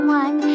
one